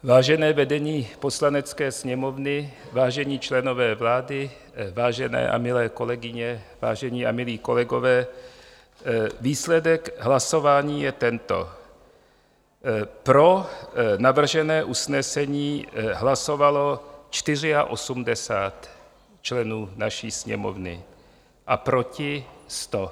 Vážené vedení Poslanecké sněmovny, vážení členové vlády, vážené a milé kolegyně, vážení a milí kolegové, výsledek hlasování je tento: pro navržené usnesení hlasovalo 84 členů naší Sněmovny a proti 100.